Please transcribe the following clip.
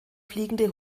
fliegende